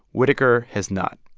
whitaker has not.